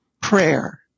prayer